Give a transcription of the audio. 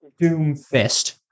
Doomfist